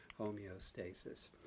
homeostasis